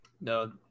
No